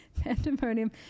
Pandemonium